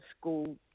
school